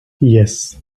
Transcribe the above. yes